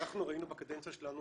אנחנו ראינו בקדנציה שלנו,